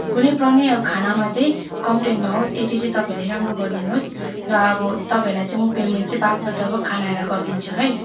कुनै पनि अब खानामा चाहिँ कम्प्लेन नहोस् यत्ति चाहिँ तपाईँहरूले राम्रो गरिदिनुहोस् र अब तपाईँहरूलाई चाहिँ म पेमेन्ट चाहिँ बादमा जब खाना आएर गरिदिन्छु है